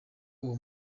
uwo